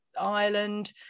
Ireland